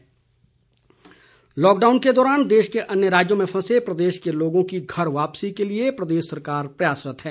रेलगाड़ी लॉकडाउन के दौरान देश के अन्य राज्यों में फंसे प्रदेश के लोगों की घर वापसी के लिए प्रदेश सरकार प्रयासरत है